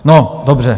No, dobře.